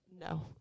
no